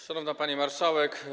Szanowna Pani Marszałek!